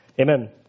Amen